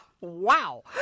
wow